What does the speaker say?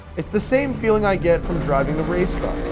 it's the same feeling i get from driving the race